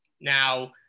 Now